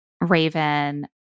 Raven